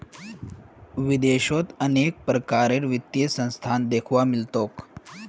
विदेशत अनेक प्रकारेर वित्तीय संस्थान दख्वा मिल तोक